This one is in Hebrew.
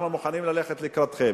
אנחנו מוכנים ללכת לקראתכם.